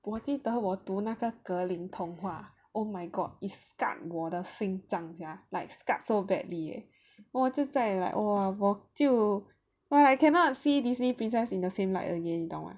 我记得我读那个格林童话 oh my god is 干我的心脏 sia like scarred so badly leh 我就在 like !wah! 我就 !wah! I cannot see Disney princess in the same light again 你懂吗